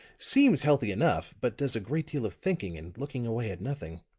seems healthy enough, but does a great deal of thinking and looking away at nothing.